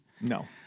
no